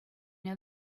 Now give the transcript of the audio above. know